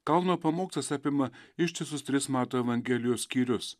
kalno pamokslas apima ištisus tris mato evangelijos skyrius